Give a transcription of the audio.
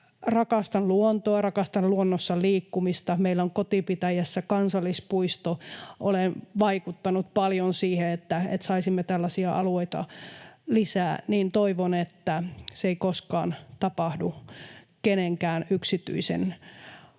rakastan luontoa, rakastan luonnossa liikkumista, meillä on kotipitäjässä kansallispuisto, olen vaikuttanut paljon siihen, että saisimme tällaisia alueita lisää, niin toivon, että se ei koskaan tapahdu kenenkään yksityisen omaisuuden